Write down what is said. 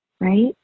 Right